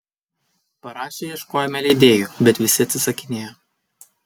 parašę ieškojome leidėjų bet visi atsisakinėjo